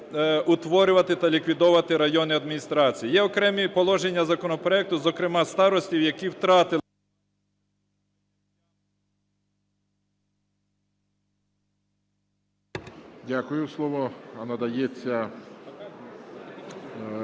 утворювати та ліквідовувати районні адміністрації. Є окремі положення законопроекту, зокрема, старостів, які втратили… Веде засідання